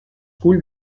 cull